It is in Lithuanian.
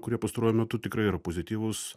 kurie pastaruoju metu tikrai yra pozityvūs